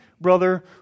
brother